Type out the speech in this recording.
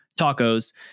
tacos